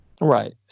Right